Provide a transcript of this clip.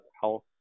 health